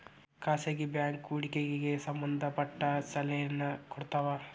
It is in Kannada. ಖಾಸಗಿ ಬ್ಯಾಂಕ್ ಹೂಡಿಕೆಗೆ ಸಂಬಂಧ ಪಟ್ಟ ಸಲಹೆನ ಕೊಡ್ತವ